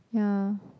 ya